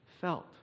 felt